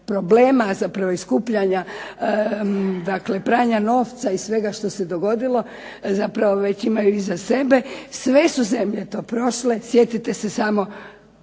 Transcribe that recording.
problema i skupljanja, pranja novca i svega što se dogodilo zapravo već imaju iza sebe, sve su zemlje to prošle, sjetite se samo